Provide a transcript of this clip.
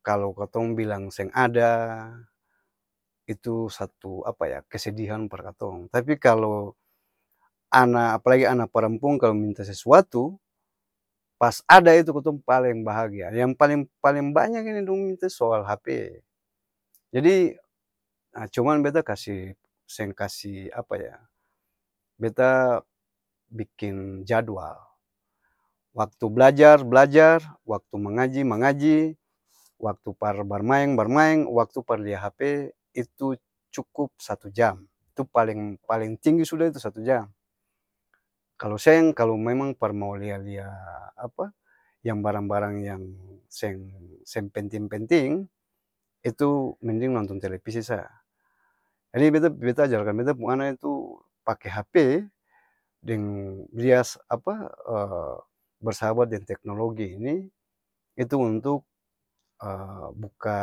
Kalo katong bilang seng ada, itu satu apa ya kesedihan par katong, tapi kalo ana apalagi ana perempuang kalo minta sesuatu? Pas ada itu katong paleng bahagia yang paleng paleng-banyak ini dong minta soal hape, jadi a cuman beta kase seng kasi apa ya? Beta bikin jadwal, waktu b'lajar, b'lajar, waktu mangaji, mangaji, waktu par barmaeng, barmaeng, waktu par lia hape itu cukup satu jam! Itu paleng paleng-tinggi suda itu satu jam, kalo seng kalo memang par mau lia-lia apa? Yang barang-barang yang seng seng-penting-penting, itu mending nonton telepisi saa jadi beta beta-ajarkan beta pung ana itu pake hape, deng dias apa? bersahabat deng teknologi ini, itu untuk buka